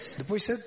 depois